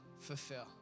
fulfill